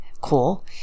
cool